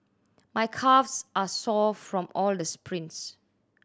my calves are sore from all the sprints